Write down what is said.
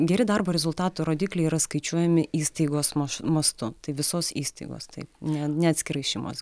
geri darbo rezultatų rodikliai yra skaičiuojami įstaigos maš mastu tai visos įstaigos taip ne ne atskirai šeimos